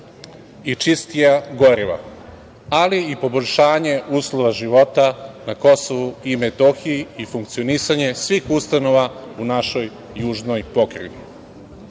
i čistija goriva, ali i poboljšanje uslova života na KiM i funkcionisanje svih ustanova u našoj južnoj